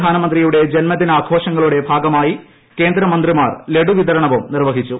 പ്രധാനമന്ത്രിയുടെ ജന്മദിന ആഘോഷങ്ങളുടെ ഭാഗമായി കേന്ദ്രമന്തിമാർ ലഡുവിതരണവും നിർവ്വഹിച്ചു